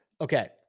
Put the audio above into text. Okay